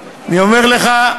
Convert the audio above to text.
אני אומר לך,